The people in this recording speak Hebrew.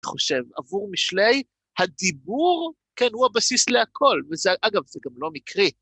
אתה חושב, עבור משלי הדיבור, כן, הוא הבסיס להכול, וזה, אגב, זה גם לא מקרי.